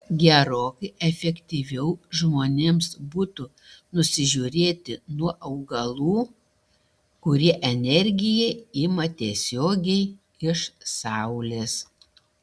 gerokai efektyviau žmonėms būtų nusižiūrėti nuo augalų kurie energiją ima tiesiogiai iš saulės